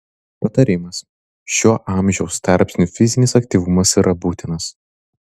patarimas šiuo amžiaus tarpsniu fizinis aktyvumas yra būtinas